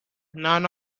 none